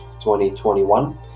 2021